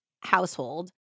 household